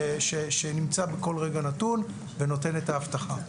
שנמצא בכל רגע נתון ונותן את האבטחה.